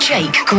Jake